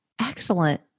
Excellent